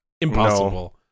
Impossible